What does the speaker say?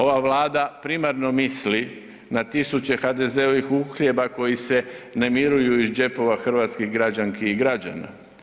Ova Vlada primarno misli na tisuće HDZ-ovih uhljeba koji se namiruju iz džepova hrvatskih građanki i građana.